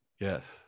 yes